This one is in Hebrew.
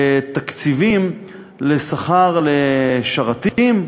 תקציבים לשכר לשרתים,